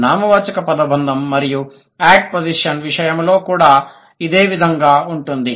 నామవాచక పదబంధం మరియు యాడ్పోస్జిషన్ విషయంలో కూడా ఇదే విధంగా ఉంటుంది